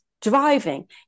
driving